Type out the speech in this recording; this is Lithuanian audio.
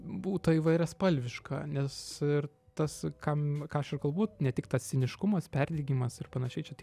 būtų įvairiaspalviška nes ir tas kam ką aš ir kalbu ne tik tas ciniškumas perdegimas ir panašiai čia tie